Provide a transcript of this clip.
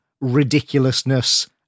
ridiculousness